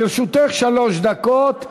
לרשותך שלוש דקות,